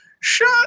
shut